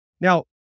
Now